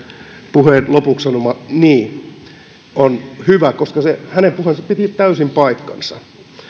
puheensa lopuksi sanoma niin on hyvä koska hänen puheensa piti täysin paikkansa